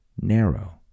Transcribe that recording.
narrow